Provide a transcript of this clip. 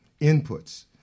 inputs